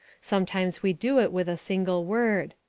sometimes we do it with a single word.